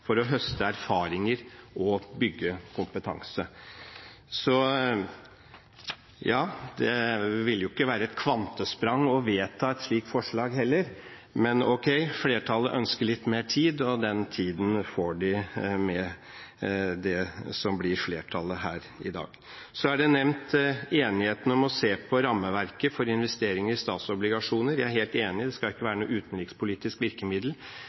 for å høste erfaringer og bygge kompetanse.» Det ville ikke være et kvantesprang å vedta et slikt forslag heller, men ok. Flertallet ønsker litt mer tid, og den tiden får de med det som det blir flertall for i dag. Så er enigheten om å se på rammeverket for investeringer i statsobligasjoner nevnt. Jeg er helt enig – det skal ikke være noe utenrikspolitisk virkemiddel.